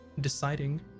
deciding